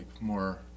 more